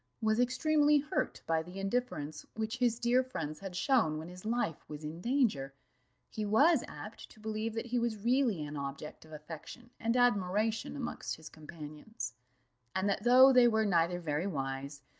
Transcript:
was extremely hurt by the indifference which his dear friends had shown when his life was in danger he was apt to believe that he was really an object of affection and admiration amongst his companions and that though they were neither very wise,